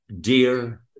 dear